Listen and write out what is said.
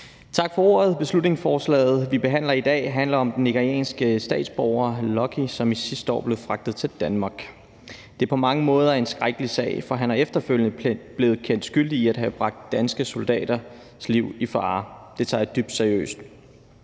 anden måde. Beslutningsforslaget, vi behandler i dag, handler om den nigerianske statsborger Lucky, som sidste år blev fragtet til Danmark. Det er på mange måder en skrækkelig sag, for han er efterfølgende blevet kendt skyldig i at have bragt danske soldaters liv i fare – det tager jeg dybt seriøst.